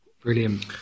Brilliant